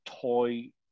toy